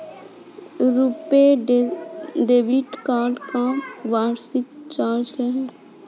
RuPay debit card का वार्षिक charge क्या है?